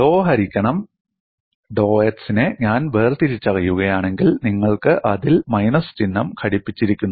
ഡോ ഹരിക്കണം ഡോ x നെ ഞാൻ വേർതിരിച്ചറിയുകയാണെങ്കിൽ നിങ്ങൾക്ക് അതിൽ മൈനസ് ചിഹ്നം ഘടിപ്പിച്ചിരിക്കുന്നു